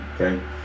okay